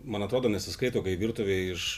man atrodo nesiskaito kai virtuvėj iš